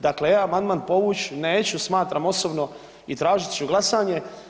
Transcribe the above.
Dakle, ja amandman povuć neću, smatram osobno i tražit ću glasanje.